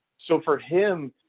so for him,